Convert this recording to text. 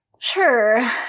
Sure